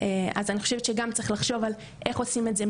אז אני חושבת שגם צריך לחשוב על איך עושים את זה,